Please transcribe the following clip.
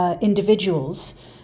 individuals